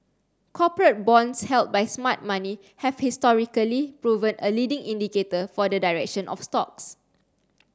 corporate bonds held by smart money have historically proven a leading indicator for the direction of stocks